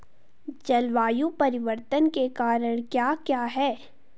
जलवायु परिवर्तन के कारण क्या क्या हैं?